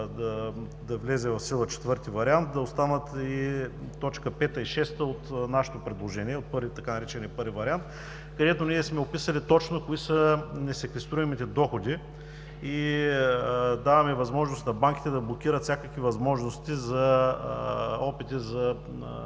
да влезе в сила ІV вариант, да останат точки 5 и 6 от нашето предложение, от така наречения „І вариант“, където сме описали точно кои са несеквестируемите доходи и даваме възможност на банките да блокират всякакви възможности за опити за